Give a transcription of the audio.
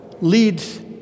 leads